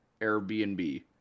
Airbnb